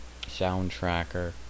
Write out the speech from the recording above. SoundTracker